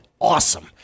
Awesome